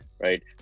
right